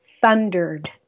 thundered